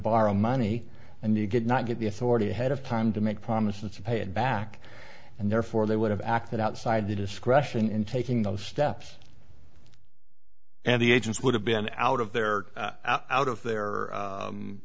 borrow money and you get not get the authority ahead of time to make promises to pay it back and therefore they would have acted outside the discretion in taking those steps and the agents would have been out of there out of the